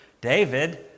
David